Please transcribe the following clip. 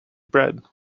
bread